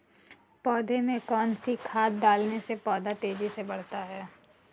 पौधे में कौन सी खाद डालने से पौधा तेजी से बढ़ता है?